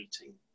meeting